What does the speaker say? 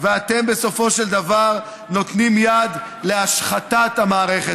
ואתם בסופו של דבר נותנים יד להשחתת המערכת.